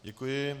Děkuji.